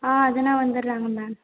ஆ அதெல்லாம் வந்துடுறாங்க மேம்